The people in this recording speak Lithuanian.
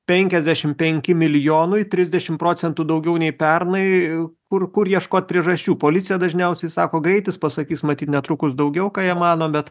penkiasdešimt penki milijonui trisdešimt procentų daugiau nei pernai kur kur ieškot priežasčių policija dažniausiai sako greitis pasakys matyt netrukus daugiau ką jie mano bet